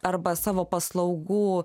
arba savo paslaugų